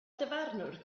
dyfarnwr